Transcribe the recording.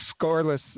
scoreless